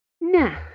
Nah